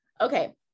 Okay